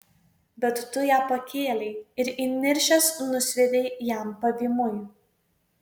bet tu ją pakėlei ir įniršęs nusviedei jam pavymui